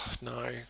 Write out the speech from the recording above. no